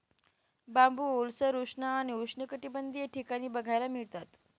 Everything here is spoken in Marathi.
बांबू ओलसर, उष्ण आणि उष्णकटिबंधीय ठिकाणी बघायला मिळतात